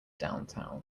downtown